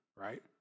right